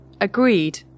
agreed